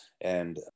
And-